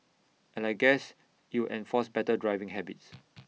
and I guess IT would enforce better driving habits